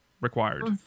required